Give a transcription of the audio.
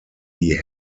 die